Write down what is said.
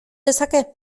dezake